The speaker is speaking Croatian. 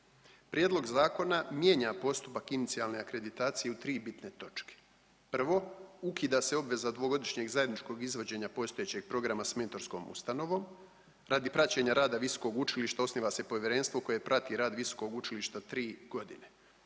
Prijedlog zakona mijenja postupak inicijalne akreditacije u tri bitne točke. Prvo, ukida se obveza dvogodišnjeg zajedničkog izvođenja postojećeg programa s mentorskom ustanovom. Radi praćenja rada visokog učilišta osniva se povjerenstvo koje prati rad visokog učilišta tri godine,